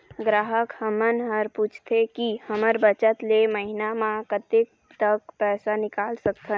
ग्राहक हमन हर पूछथें की हमर बचत ले महीना मा कतेक तक पैसा निकाल सकथन?